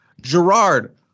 Gerard